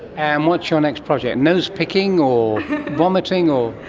and what's your next project? nose picking or vomiting or?